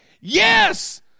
Yes